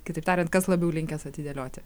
kitaip tariant kas labiau linkęs atidėlioti